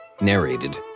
Narrated